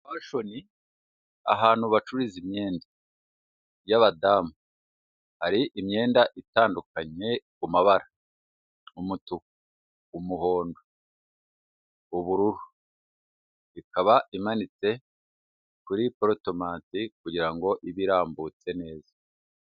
Ahantu bacuruza imyenda y'abadamu hari imyenda itandukanye ku mabara, umutuku, umuhondo, ubururu, ikaba imanitse kuri porotomenti kugira ngo ibe irambutse neza.